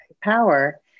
power